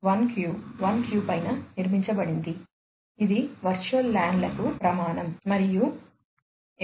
1Q 1Q పైన నిర్మించబడింది ఇది వర్చువల్ LAN లకు ప్రమాణం మరియు 802